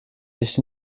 nicht